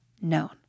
known